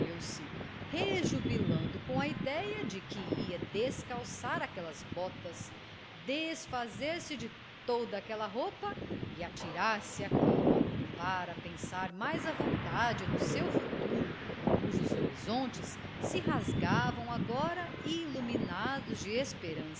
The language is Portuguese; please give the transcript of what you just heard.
e recolheu-se rejubilando com a idéia de que ia descalçar aquelas botas desfazer-se de toda aquela roupa e atirar-se à cama para pensar mais à vontade no seu futuro cujos horizontes se rasgavam agora iluminados de